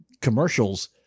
commercials